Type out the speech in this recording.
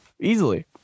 easily